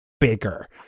bigger